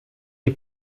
die